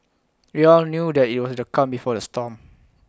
we all knew that IT was the calm before the storm